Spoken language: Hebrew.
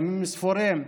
ימים ספורים,